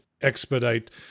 expedite